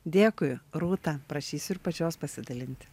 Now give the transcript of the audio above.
dėkui rūta prašysiu ir pačios pasidalinti